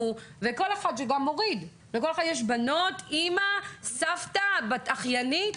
ולכל אחד שמוריד יש בנות, אמא, סבתא או אחיינית.